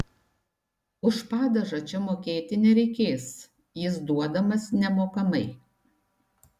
už padažą čia mokėti nereikės jis duodamas nemokamai